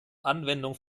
anwendung